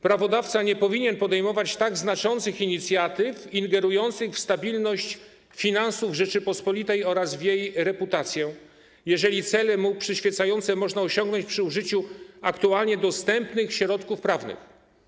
Prawodawca nie powinien podejmować tak znaczących inicjatyw ingerujących w stabilność finansów Rzeczypospolitej oraz w jej reputację, jeżeli cele mu przyświecające można osiągnąć przy użyciu aktualnie dostępnych środków prawnych.